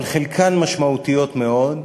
אבל חלקן משמעותיות מאוד,